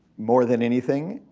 more than anything.